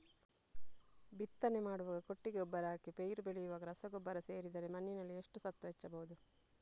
ಬಿತ್ತನೆ ಮಾಡುವಾಗ ಕೊಟ್ಟಿಗೆ ಗೊಬ್ಬರ ಹಾಕಿ ಪೈರು ಬೆಳೆಯುವಾಗ ರಸಗೊಬ್ಬರ ಸೇರಿಸಿದರೆ ಮಣ್ಣಿನಲ್ಲಿ ಎಷ್ಟು ಸತ್ವ ಹೆಚ್ಚಬಹುದು?